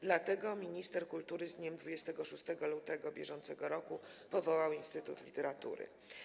Dlatego minister kultury z dniem 26 lutego br. powołał Instytut Literatury.